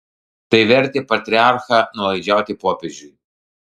tai vertė patriarchą nuolaidžiauti popiežiui